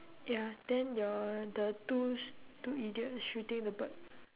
ya then your the two sh~ two idiot shooting the bird